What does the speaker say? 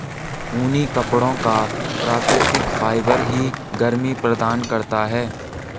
ऊनी कपड़ों का प्राकृतिक फाइबर ही गर्मी प्रदान करता है